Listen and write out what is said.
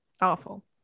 Awful